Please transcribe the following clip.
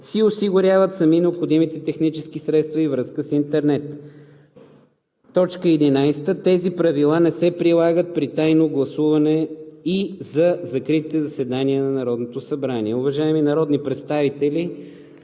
си осигуряват сами необходимите технически средства и връзка с интернет. 11. Тези правила не се прилагат при тайно гласуване и за закритите заседания на Народното събрание.“ Уважаеми народни представители,